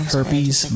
Herpes